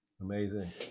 amazing